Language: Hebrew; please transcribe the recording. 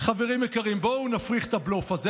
חברים יקרים, בואו נפריך את הבלוף הזה.